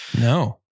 No